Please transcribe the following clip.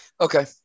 Okay